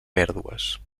pèrdues